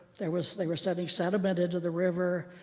they were so they were sending sediment into the river.